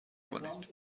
کنید